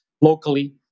locally